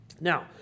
Now